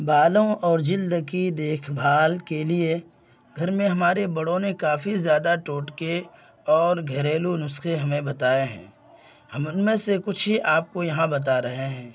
بالوں اور جلد کی دیکھ بھال کے لیے گھر میں ہمارے بڑوں نے کافی زیادہ ٹوٹکے اور گھریلو نسخے ہمیں بتائے ہیں ہم ان میں سے کچھ ہی آپ کو یہاں بتا رہے ہیں